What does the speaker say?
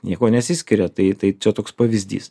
niekuo nesiskiria tai tai čia toks pavyzdys